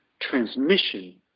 transmission